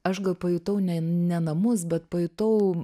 aš pajutau ne ne namus bet pajutau